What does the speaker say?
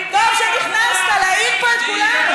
טוב שנכנסת להעיר פה את כולנו.